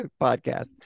podcast